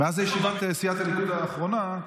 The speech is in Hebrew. מאז ישיבת סיעת הליכוד האחרונה,